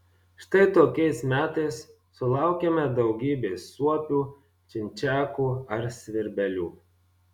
štai tokiais metais sulaukiame daugybės suopių čimčiakų ar svirbelių